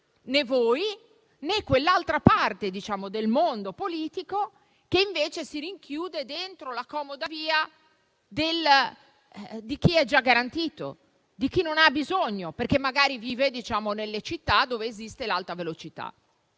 né voi, né quell'altra parte del mondo politico, che invece si rinchiude dentro la comoda via di chi è già garantito e di chi non ha bisogno, perché magari vive nelle città dove esiste l'Alta velocità.